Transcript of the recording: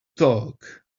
talk